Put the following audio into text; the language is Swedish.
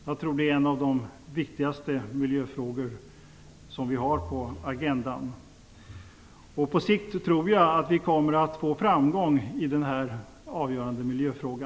Jag tror att det är en av de viktigaste miljöfrågor vi har på agendan. På sikt tror jag att vi kommer att få framgångar i denna avgörande miljöfråga.